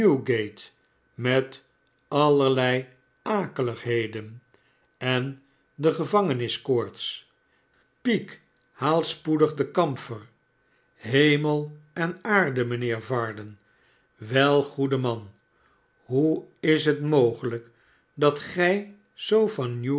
met allerlei akeligheden en de gevangeniskoorts peak haalspoedig de kamfer hemel en aarde mijnheer varden wel goede man hoe is het mogehjk dat gij zoo van